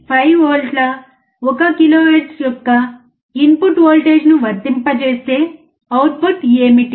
5 వోల్ట్ల 1 కిలోహెర్ట్జ్ యొక్క ఇన్పుట్ వోల్టేజ్ను వర్తింపజేస్తే అవుట్పుట్ ఏమిటి